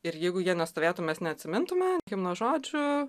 ir jeigu jie nestovėtų mes neatsimintume himno žodžių